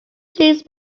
please